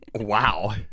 Wow